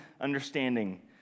understanding